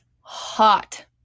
hot